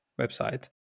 website